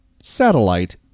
satellite